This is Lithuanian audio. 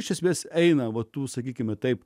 iš esmės eina va tų sakykime taip